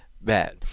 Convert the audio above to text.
bad